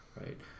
Right